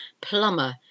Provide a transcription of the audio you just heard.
Plumber